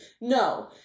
No